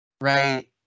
right